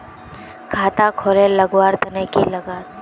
खाता खोले लगवार तने की लागत?